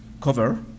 cover